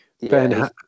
Ben